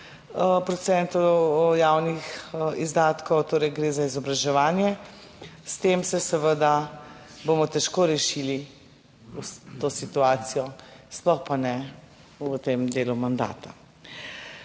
procentov javnih izdatkov, torej, gre za izobraževanje, s tem bomo težko rešili to situacijo, sploh pa ne v tem delu mandata.